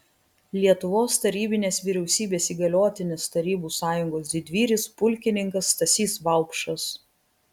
lietuvos tarybinės vyriausybės įgaliotinis tarybų sąjungos didvyris pulkininkas stasys vaupšas